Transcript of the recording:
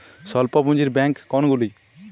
স্বল্প পুজিঁর ব্যাঙ্ক কোনগুলি?